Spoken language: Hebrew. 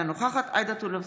אינה נוכחת עאידה תומא סלימאן,